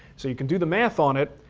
so you can do the math on it,